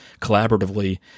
collaboratively